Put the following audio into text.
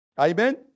Amen